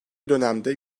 dönemde